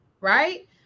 right